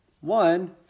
one